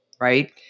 right